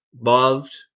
loved